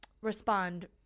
respond